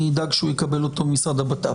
אני אדאג שהוא יקבל אותו ממשרד הבט"פ.